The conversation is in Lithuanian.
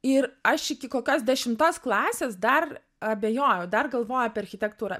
ir aš iki kokios dešimtos klasės dar abejojau dar galvojau apie architektūrą